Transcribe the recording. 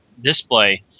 display